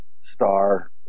star